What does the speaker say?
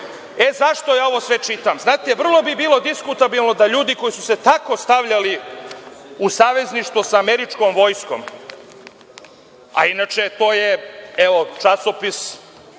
krizu.Zašto sve ovo čitam? Vrlo bi bilo diskutabilno da ljudi koji su se tako stavljali u savezništvo sa američkom vojskom, a inače, to je evo časopis